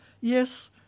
Yes